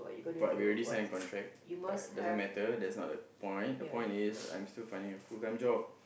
but we already sign contract doesn't matter but that's not the point the point is I'm still finding a full time job